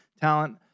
talent